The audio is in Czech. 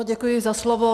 Děkuji za slovo.